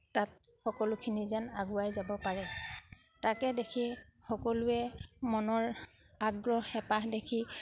তাত সকলোখিনি যেন আগুৱাই যাব পাৰে তাকে দেখি সকলোৱে মনৰ আগ্ৰহ হেঁপাহ দেখি